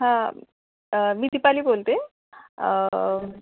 हां मी दिपाली बोलते